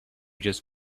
just